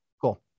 Cool